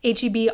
HEB